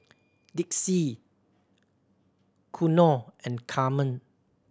Dicy Konnor and Carma